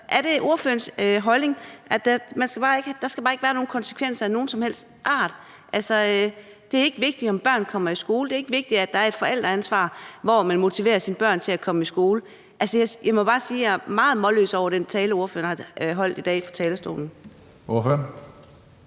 Er det ordførerens holdning, at der slet ikke skal være nogen konsekvenser af nogen som helst art, at det ikke er vigtigt, om børn kommer skole, og at det ikke er vigtigt, at der er et forældreansvar, hvor man motiverer sine børn til at komme i skole? Jeg må bare sige, at jeg er meget målløs over den tale, ordføreren har holdt på talerstolen